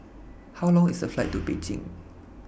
How Long IS The Flight to Beijing